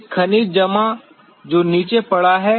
एक खनिज जमा जो नीचे पड़ा है